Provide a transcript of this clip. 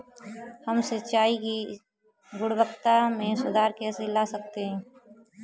हम सिंचाई की गुणवत्ता में सुधार कैसे ला सकते हैं?